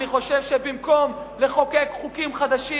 אני חושב שבמקום לחוקק חוקים חדשים,